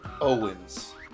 Owens